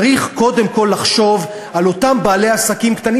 צריך קודם כול לחשוב על אותם בעלי עסקים קטנים,